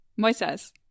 Moises